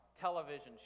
television